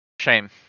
Shame